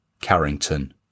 Carrington